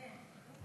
כן.